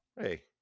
hey